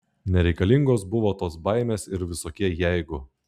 nereikalingos buvo tos baimės ir visokie jeigu